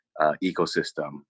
ecosystem